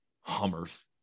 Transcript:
hummers